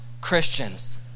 Christians